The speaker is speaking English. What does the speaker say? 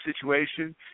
situation